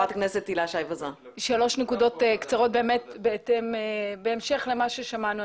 שלוש נקודות קצרות, בהמשך למה ששמענו.